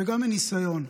וגם מניסיון,